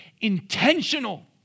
intentional